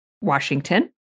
Washington